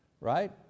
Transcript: right